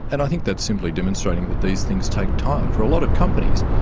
and i think that's simply demonstrating that these things take time. for a lot of companies,